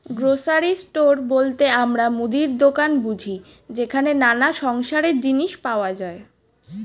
grocery store বলতে আমরা মুদির দোকান বুঝি যেখানে নানা সংসারের জিনিস পাওয়া যায়